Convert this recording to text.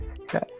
Okay